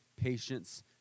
Patience